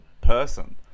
person